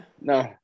No